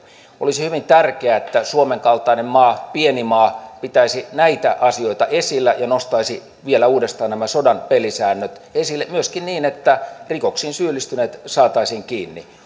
olisi hyvin tärkeää että suomen kaltainen pieni maa pitäisi näitä asioita esillä ja nostaisi vielä uudestaan nämä sodan pelisäännöt esille myöskin niin että rikoksiin syyllistyneet saataisiin kiinni